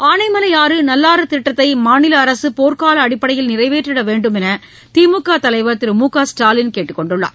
ஆனைமலையாறுநல்லாறுதிட்டத்தைமாநிலஅரசுபோர்க்காலஅடிப்படையில் நிறைவேற்றடவேண்டும் என்றுதிமுகதலைவர் திரு மு க ஸ்டாலின் கேட்டுக் கொண்டுள்ளார்